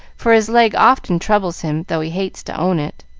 for his leg often troubles him, though he hates to own it.